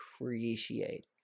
appreciate